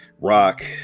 Rock